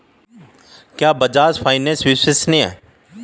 क्या बजाज फाइनेंस विश्वसनीय है?